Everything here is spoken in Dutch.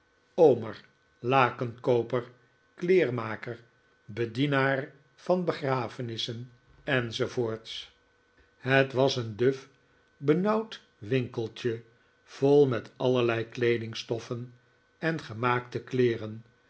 omer lakenkooper kleermaker bedienaar van begrafenissen enz het was een duf benauwd winkeltje vol met allerlei kleedingstoffen en gemaakte kleeren